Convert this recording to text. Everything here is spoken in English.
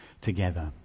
together